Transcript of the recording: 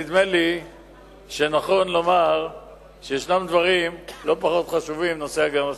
נדמה לי שנכון לומר שיש דברים לא פחות חשובים מנושא הגנת הסביבה.